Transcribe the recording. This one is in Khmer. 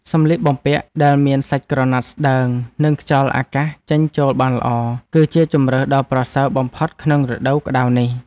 សម្លៀកបំពាក់ដែលមានសាច់ក្រណាត់ស្តើងនិងខ្យល់អាកាសចេញចូលបានល្អ គឺជាជម្រើសដ៏ប្រសើរបំផុតក្នុងរដូវក្តៅនេះ។